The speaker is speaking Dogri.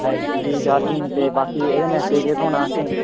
ऐच्च पी ए चार्जिंग ते बाकी एह्दे ने केह् केह् थ्होना ऐ असे ईं